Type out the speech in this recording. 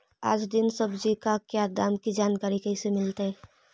आज दीन सब्जी का क्या दाम की जानकारी कैसे मीलतय?